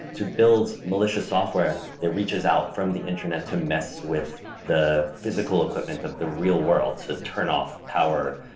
to build malicious software that reaches out from the internet to mess with the physical equipment of the real world to turn off power,